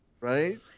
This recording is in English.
right